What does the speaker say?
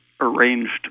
arranged